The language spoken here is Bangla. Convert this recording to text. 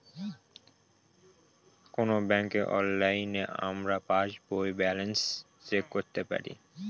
কোনো ব্যাঙ্কে অনলাইনে আমরা পাস বইয়ের ব্যালান্স চেক করতে পারি